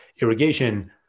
irrigation